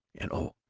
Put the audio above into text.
and oh,